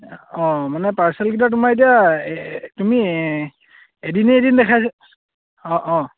অঁ মানে পাৰ্চেলকেইটা তোমাৰ এতিয়া তুমি এদিন এৰি এদিন দেখাইছে অঁ অঁ